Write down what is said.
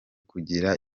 kugira